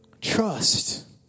trust